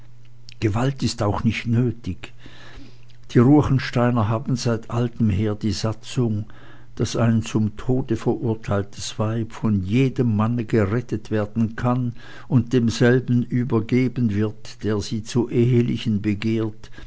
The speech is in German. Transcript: gewalt ist auch nicht nötig die ruechensteiner haben seit altem her die satzung daß ein zum tode verurteiltes weib von jedem manne gerettet werden kann und demselben übergeben wird der sie zu ehelichen begehrt